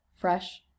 fresh